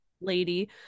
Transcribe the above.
lady